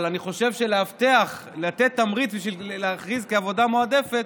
אבל אני חושב שלמאבטח לתת תמריץ בשביל להכריז כעבודה מועדפת,